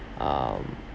um